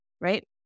right